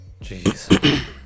Jeez